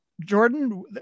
Jordan